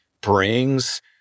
brings